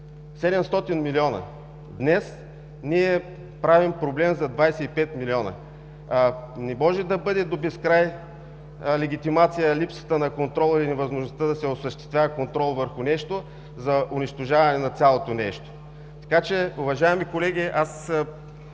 700 милиона, днес ние правим проблем за 25 милиона. Не може да бъде до безкрай легитимация липсата на контрола и невъзможността да се осъществява контрол върху нещо за унищожаване на цялото нещо. Уважаеми колеги, ако